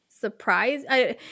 surprise